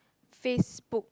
Facebook